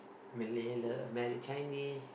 Malay l~ married Chinese